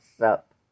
up